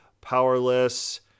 powerless